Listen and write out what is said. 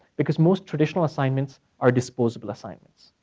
because most traditional assignments are disposable assignments.